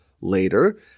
later